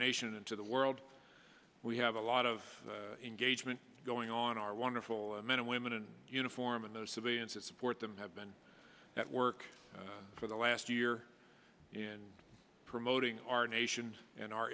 nation and to the world we have a lot of engagement going on our wonderful men and women in uniform and those civilians that support them have been at work for the last year and promoting our nations and our